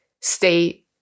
stay